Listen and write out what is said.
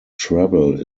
travel